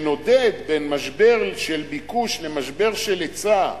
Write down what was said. שנודד בין משבר של ביקוש למשבר של היצע,